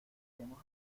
iremos